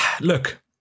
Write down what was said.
look